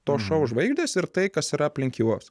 to šou žvaigždės ir tai kas yra aplink juos